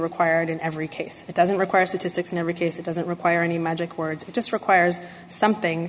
required in every case it doesn't require statistics in every case it doesn't require any magic words it just requires something